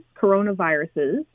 coronaviruses